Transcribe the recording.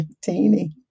Teeny